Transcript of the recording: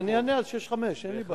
אז אני אענה על 1065, אין לי בעיה.